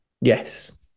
Yes